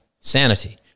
sanity